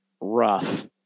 rough